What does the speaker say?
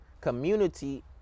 Community